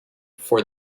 for